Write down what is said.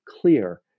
clear